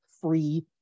free